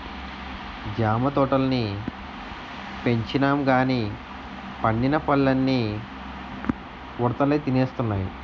జామ తోటల్ని పెంచినంగానీ పండిన పల్లన్నీ ఉడతలే తినేస్తున్నాయి